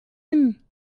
ein